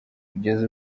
kugeza